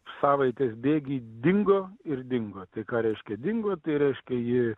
savaitės bėgy dingo ir dingo tai ką reiškia dingo tai reiškia ji